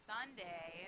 Sunday